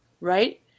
right